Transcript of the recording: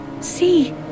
See